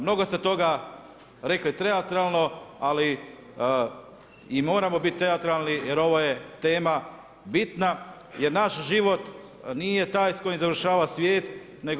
Mnogo ste toga rekli teatralno, ali i moramo bit teatralni, jer ovo je tema bitna jer naš život nije taj s kojim završava svijet nego